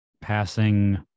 passing